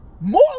More